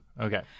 Okay